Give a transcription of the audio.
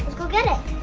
go get it.